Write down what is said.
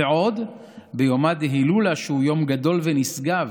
ועוד ביומא דהילולא, שהוא יום גדול ונשגב